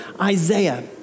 Isaiah